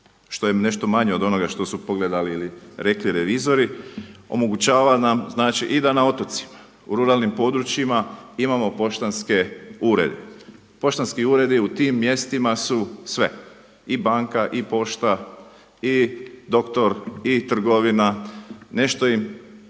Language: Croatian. što je nešto manje od onoga što su pogledali ili rekli revizori, omogućavam nam da i na otocima i ruralnim područjima imamo poštanske urede. Poštanski uredi u tim mjestima su sve i banka i pošta i doktor i trgovina, nešto